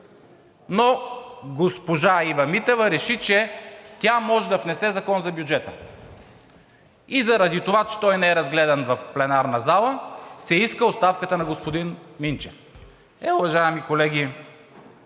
Но госпожа Ива Митева реши, че тя може да внесе Законопроект за бюджета! И заради това, че той не е разгледан в пленарната зала, се иска оставката на господин Минчев! Е, уважаеми колеги,